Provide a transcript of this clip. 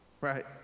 right